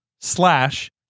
slash